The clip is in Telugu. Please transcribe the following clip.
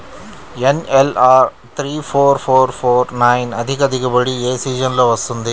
NLR three four four four nine అధిక దిగుబడి ఏ సీజన్లలో వస్తుంది?